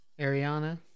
Ariana